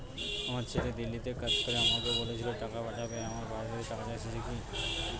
আমার ছেলে দিল্লীতে কাজ করে আমাকে বলেছিল টাকা পাঠাবে আমার পাসবইতে টাকাটা এসেছে কি?